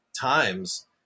times